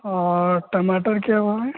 और टमाटर क्या भाव है